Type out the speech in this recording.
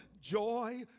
joy